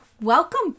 welcome